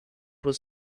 was